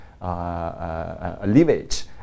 alleviate